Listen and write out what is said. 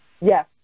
yes